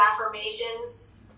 affirmations